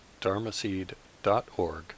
dharmaseed.org